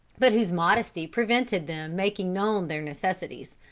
but whose modesty prevented them making known their necessities.